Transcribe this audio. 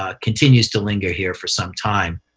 ah continues to linger here for some time.